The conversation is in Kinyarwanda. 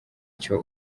cyo